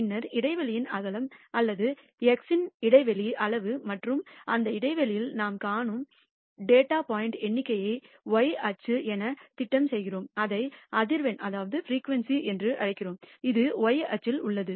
பின்னர் இடைவெளியின் அகலம் அல்லது x அச்சின் இடைவெளி அளவு மற்றும் அந்த இடைவெளியில் நாம் காணும் டேட்டா புள்ளிகளின் எண்ணிக்கையை y அச்சு என திட்டம் செய்கிறோம் அதை அதிர்வெண் என்று அழைக்கிறோம் அது y அச்சில் உள்ளது